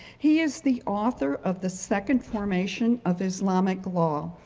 he is the author of the second formation of islamic law,